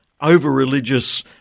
over-religious